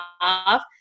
off